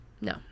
No